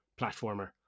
platformer